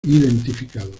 identificado